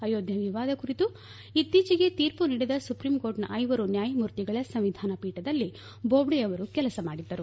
ಅಯೋಧ್ಯೆ ವಿವಾದ ಕುರಿತು ಇತ್ತೀಚೆಗೆ ತೀರ್ಪು ನೀಡಿದ ಸುಪ್ರೀಂ ಕೋರ್ಟ್ನ ಐವರು ನ್ಯಾಯಮೂರ್ತಿಗಳ ಸಂವಿಧಾನ ಪೀಠದಲ್ಲಿ ಬೋಬ್ಡೆ ಅವರು ಕೆಲಸ ಮಾಡಿದ್ದರು